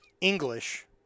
English